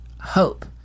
hope